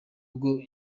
bwo